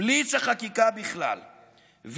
בליץ החקיקה בכלל,